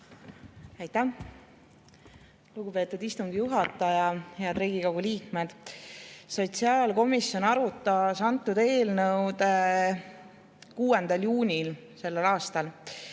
Aitäh, lugupeetud istungi juhataja! Head Riigikogu liikmed! Sotsiaalkomisjon arutas antud eelnõu 6. juunil sellel aastal.